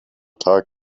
tag